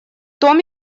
том